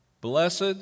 Blessed